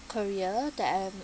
korea that I'm